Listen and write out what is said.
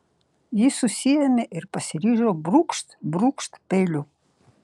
ji susiėmė ir pasiryžo brūkšt brūkšt peiliu